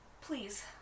Please